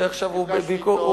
שעכשיו הוא בביקור, נפגשתי אתו.